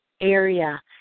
area